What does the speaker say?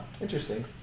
interesting